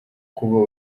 kuba